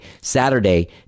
Saturday